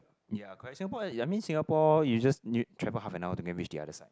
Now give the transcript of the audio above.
ya correct Singapore ya I mean Singapore you just travel half and hour to go and reach the other side